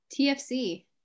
TFC